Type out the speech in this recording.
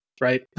right